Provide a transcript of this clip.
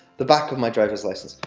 the back of my driver's license.